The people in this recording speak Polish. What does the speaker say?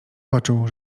poczuł